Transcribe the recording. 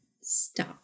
stop